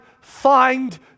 find